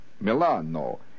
Milano